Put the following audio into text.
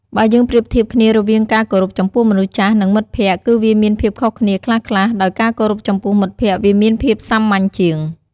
បើយើងប្រៀបធៀបគ្នារវាងការគោរពចំពោះមនុស្សចាស់ នឹង មិត្តភក្តិគឺវាមានភាពខុសគ្នាខ្លះៗ ដោយការគោរពចំពោះមិត្តភក្តិវាមានភាពសាមញ្ញជាង។